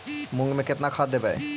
मुंग में केतना खाद देवे?